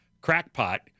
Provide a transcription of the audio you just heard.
crackpot